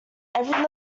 every